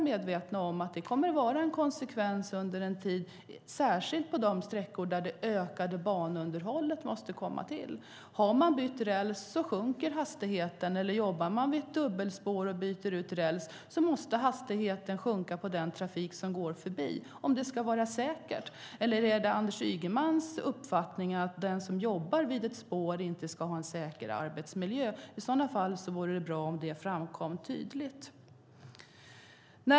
Ja, det kommer att vara en konsekvens under en tid, särskilt på de sträckor där det ökade banunderhållet måste komma till. Har man bytt räls sjunker hastigheten, och jobbar man vid ett dubbelspår och byter ut räls måste hastigheten sänkas på den trafik som går förbi om det ska vara säkert. Eller är Anders Ygemans uppfattning att den som jobbar vid ett spår inte ska ha en säker arbetsmiljö? I så fall vore det bra om det framkom tydligt.